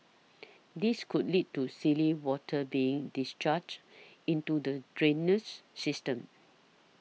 this could lead to silty water being discharged into the drainage system